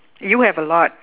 you have a lot